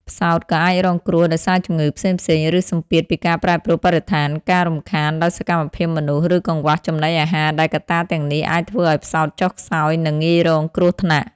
ផ្សោតក៏អាចរងគ្រោះដោយសារជំងឺផ្សេងៗ ឬសម្ពាធពីការប្រែប្រួលបរិស្ថាន ការរំខានដោយសកម្មភាពមនុស្ស ឬកង្វះចំណីអាហារដែលកត្តាទាំងនេះអាចធ្វើឱ្យផ្សោតចុះខ្សោយ និងងាយរងគ្រោះថ្នាក់។